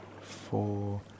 four